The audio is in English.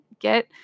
get